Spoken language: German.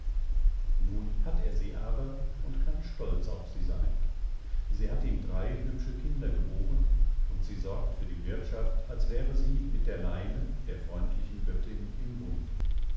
nun hat er sie aber und kann stolz auf sie sein sie hat ihm drei hübsche kinder geboren und sie sorgt für die wirtschaft als wäre sie mit der laime der freundlichen göttin im bunde